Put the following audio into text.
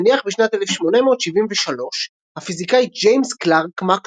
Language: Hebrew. הניח בשנת 1873 הפיזיקאי ג'יימס קלרק מקסוול.